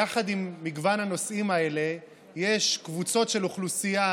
יחד עם מגוון הנושאים האלה יש קבוצות של אוכלוסייה,